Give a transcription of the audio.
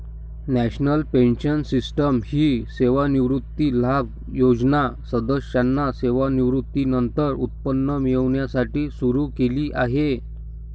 national pension system ही सेवानिवृत्ती लाभ योजना सदस्यांना सेवानिवृत्तीनंतर उत्पन्न मिळण्यासाठी सुरू केली आहे